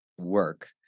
work